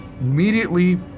Immediately